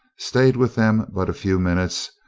staid with them but a few minutes,